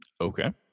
Okay